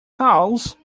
house